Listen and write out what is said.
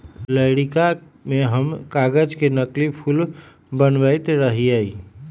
लइरका में हम कागज से नकली फूल बनबैत रहियइ